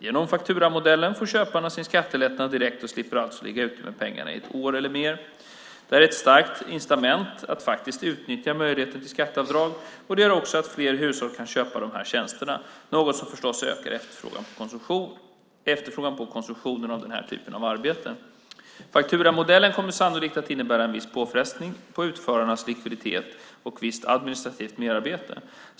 Genom fakturamodellen får köparna sin skattelättnad direkt och slipper alltså ligga ute med pengarna i ett år eller mer. Det här är ett starkt incitament att faktiskt utnyttja möjligheten till skatteavdrag. Det gör också att fler hushåll kan köpa de här tjänsterna, något som förstås ökar efterfrågan på och konsumtionen av den här typen av arbete. Fakturamodellen kommer sannolikt att innebära en viss påfrestning på utförarnas likviditet och visst administrativt merarbete.